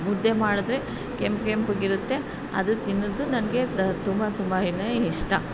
ಮುದ್ದೆ ಮಾಡಿದ್ರೆ ಕೆಂಪು ಕೆಂಪ್ಗೆ ಇರುತ್ತೆ ಅದು ತಿನ್ನೋದು ನನಗೆ ತುಂಬ ತುಂಬ ಏನು ಇಷ್ಟ